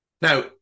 Now